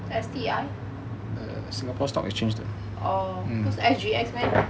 S_T_I orh 不是 S_G_X meh